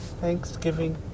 Thanksgiving